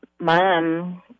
mom